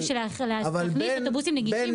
להכניס אוטובוסים נגישים.